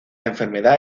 enfermedad